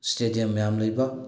stadium ꯃꯌꯥꯝ ꯂꯩꯕ